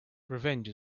revenge